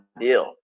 deal